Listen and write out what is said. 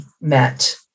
met